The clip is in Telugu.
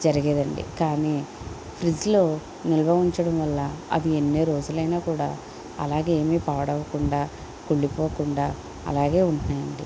జరిగేదండి కానీ ఫ్రిడ్జ్ లో నిల్వ ఉంచడం వల్ల అవి ఎన్ని రోజులైనా కూడా అలాగే ఏమీ పాడవకుండా కుళ్ళిపోకుండా అలాగే ఉంటున్నాయండి